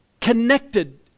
connected